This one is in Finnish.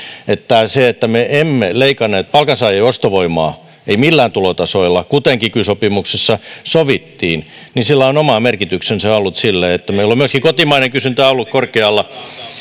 että sillä että me emme leikanneet palkansaajien ostovoimaa emme millään tulotasoilla kuten kiky sopimuksessa sovittiin on ollut oma merkityksensä sille että meillä on myöskin kotimainen kysyntä ollut korkealla